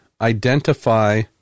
identify